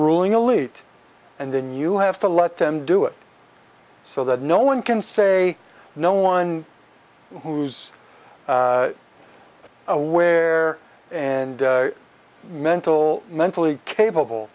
ruling elite and then you have to let them do it so that no one can say no one who's aware and mental mentally capable